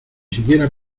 siquiera